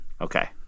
Okay